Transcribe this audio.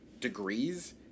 degrees